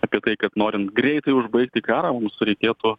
apie tai kad norint greitai užbaigti karą mums reikėtų